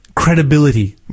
Credibility